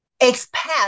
Expect